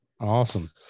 Awesome